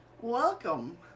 Welcome